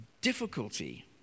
difficulty